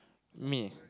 me